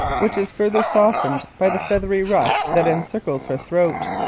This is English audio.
which is further softened by the feathery ruff that encircles her throat.